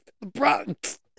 Bronx